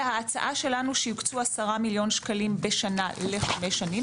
וההצעה שלנו היא שיוקצו 10 מיליון שקלים בשנה לחמש שנים,